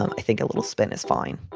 um i think a little spin is fine.